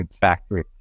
factory